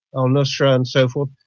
al-nusra and so forth,